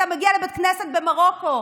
אתה מגיע לבית כנסת במרוקו,